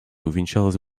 увенчалась